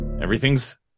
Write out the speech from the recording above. Everything's